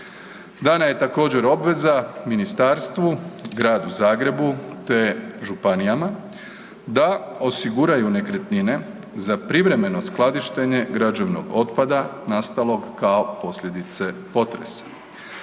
Dana je također, obveza ministarstvu, Gradu Zagrebu te županijama da osiguraju nekretnine za privremeno skladištenje građevnog otpada nastalog kao posljedice potresa.